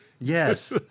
Yes